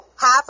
Half